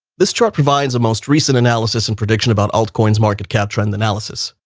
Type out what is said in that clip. this chart provides the most recent analysis and prediction about gold coins, market capture and analysis.